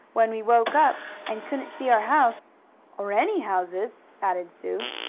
when we woke up, and couldn't see our house or any houses, added sue.